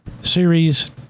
series